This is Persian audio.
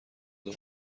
دعا